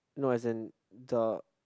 no as in the